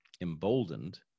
emboldened